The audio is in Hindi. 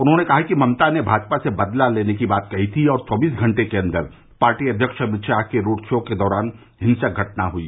उन्होंने कहा कि ममता ने भाजपा से बदला लेने की बात कही थी और चौबीस घंटे के अंदर पार्टी अध्यक्ष अमित शाह के रोड शो के दौरान हिंसक घटनाएं हुई